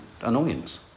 annoyance